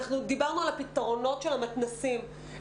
דיברנו על הפתרונות של המתנ"סים.